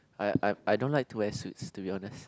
I I I don't like to wear suits to be honest